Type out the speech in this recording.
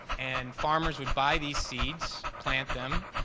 and farmers would buy these seeds, plant them,